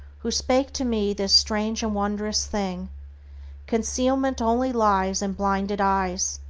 who spake to me this strange and wondrous thing concealment only lies in blinded eyes,